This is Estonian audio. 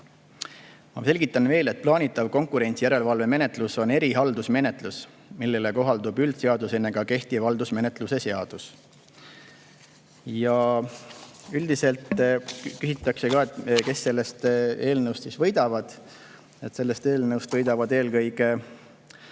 Ma selgitan veel, et plaanitav konkurentsijärelevalvemenetlus on erihaldusmenetlus, millele kohaldub üldseadusena ka kehtiv haldusmenetluse seadus. Üldiselt küsitakse ka, kes sellest eelnõust siis võidavad. Sellest eelnõust võidavad eelkõige